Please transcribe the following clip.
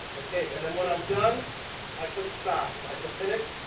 and then when i am done i click stop like